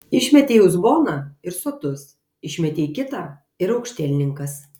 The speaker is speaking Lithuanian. išmetei uzboną ir sotus išmetei kitą ir aukštielninkas